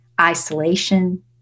isolation